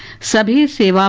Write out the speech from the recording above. cdc